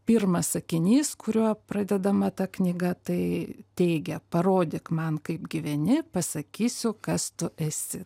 pirmas sakinys kuriuo pradedama ta knyga tai teigia parodyk man kaip gyveni pasakysiu kas tu esi